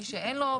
מי שאין לו קרקעות,